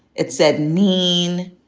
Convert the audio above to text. it said mean.